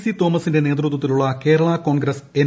C തോമസിന്റെ നേതൃത്വത്തിലുള്ള Kerala Congress N